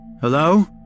Hello